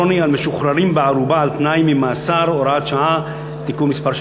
השכרות (הוראת שעה ותיקון חקיקה) (תיקון),